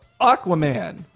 Aquaman